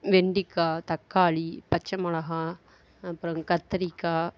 வெண்டைக்கா தக்காளி பச்சை மிளகா அப்புறம் கத்தரிக்காய்